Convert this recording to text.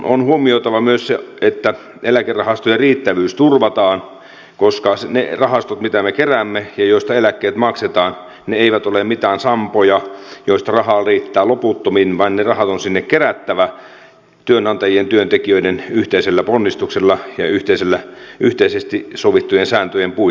on huomioitava myös se että eläkerahastojen riittävyys turvataan koska ne rahastot mitä me keräämme ja joista eläkkeet maksetaan eivät ole mitään sampoja joista rahaa riittää loputtomiin vaan ne rahat on sinne kerättävä työnantajien ja työntekijöiden yhteisellä ponnistuksella ja yhteisesti sovittujen sääntöjen puitteissa